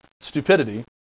stupidity